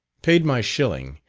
paid my shilling,